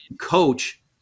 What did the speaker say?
coach